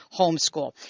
homeschool